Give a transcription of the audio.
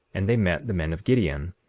and they met the men of gideon.